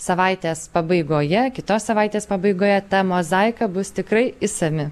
savaitės pabaigoje kitos savaitės pabaigoje ta mozaika bus tikrai išsami